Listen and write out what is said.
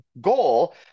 goal